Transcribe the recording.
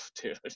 dude